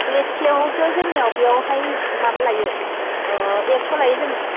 प्लेटसेयावथ' जोंनियाव बेवहाय माबा लायो एकस' लायो जोङो